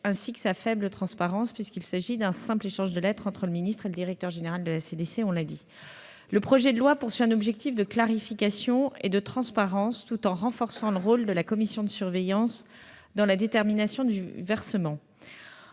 et une faible transparence, puisqu'elle s'effectue par simple échange de lettres entre le ministre et le directeur général de la Caisse. Le projet de loi vise un objectif de clarification et de transparence, tout en renforçant le rôle de la commission de surveillance dans la détermination du versement.